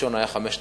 הראשון היה 5,300,